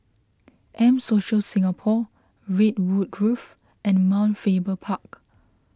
M Social Singapore Redwood Grove and Mount Faber Park